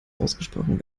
ausgesprochen